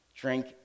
Drink